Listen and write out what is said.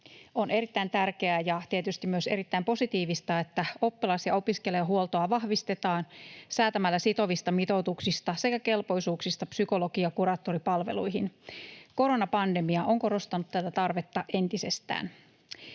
On erittäin tärkeää ja tietysti myös erittäin positiivista, että oppilas‑ ja opiskelijahuoltoa vahvistetaan säätämällä sitovista mitoituksista sekä kelpoisuuksista psykologi‑ ja kuraattoripalveluihin. Koronapandemia on korostanut tätä tarvetta entisestään.